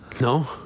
No